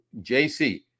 JC